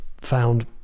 found